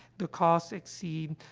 the costs exceed,